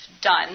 done